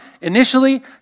initially